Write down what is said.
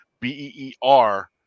B-E-E-R